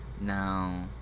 Now